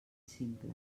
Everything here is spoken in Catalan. simple